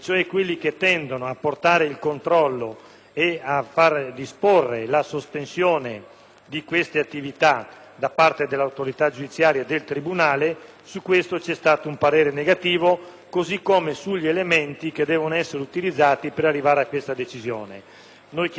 in capo all'autorità giudiziaria, del tribunale, hanno ricevuto un parere negativo. Così come sugli elementi che devono essere utilizzati per arrivare a questa decisione. Chiediamo di pensarci e di adottare integralmente la struttura della legge Mancino.